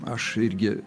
aš irgi